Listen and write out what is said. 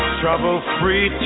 trouble-free